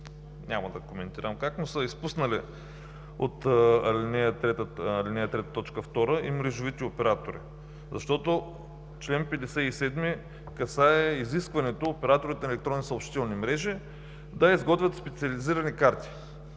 няма да коментирам как, но са изпуснали от ал. 3, т. 2 – „и мрежовите оператори“, защото чл. 57 касае изискването операторите на електронни съобщителни мрежи да изготвят специализирани карти